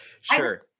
Sure